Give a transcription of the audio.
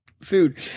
food